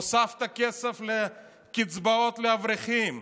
הוספת כסף לקצבאות לאברכים,